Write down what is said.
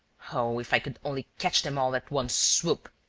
oh, if i could only catch them all at one swoop!